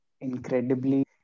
Incredibly